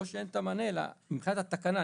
לא שאין מענה, אלא מבחינת התקנה.